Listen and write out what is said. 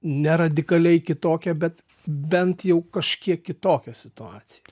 ne radikaliai kitokią bet bent jau kažkiek kitokią situaciją